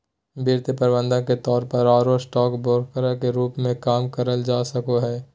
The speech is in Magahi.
वित्तीय प्रबंधक के तौर पर आरो स्टॉक ब्रोकर के रूप मे काम करल जा सको हई